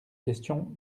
question